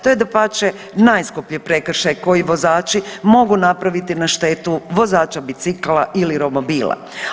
To je dapače najskuplji prekršaj koji vozači mogu napraviti na štetu vozača bicikla ili romobila.